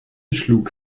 schlug